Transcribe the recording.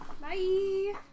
Bye